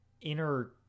inner